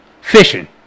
Fishing